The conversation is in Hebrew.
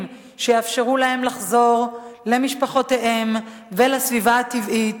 שיאפשרו להם לחזור למשפחותיהם ולסביבה הטבעית,